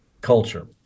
culture